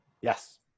Yes